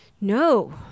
no